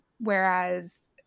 Whereas